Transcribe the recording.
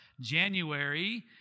January